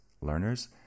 learners